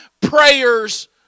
prayers